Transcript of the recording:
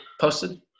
posted